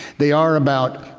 they are about,